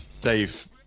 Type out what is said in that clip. Dave